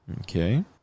Okay